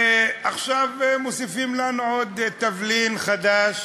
ועכשיו מוסיפים לנו עוד תבלין חדש